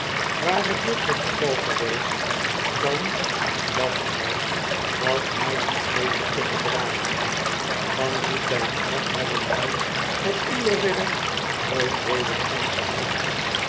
ware dit het geval geweest dan dacht hy had hy het beter kunnen dragen van dien tyd af hebben wy dat onderwerp nooit weder aangeroerd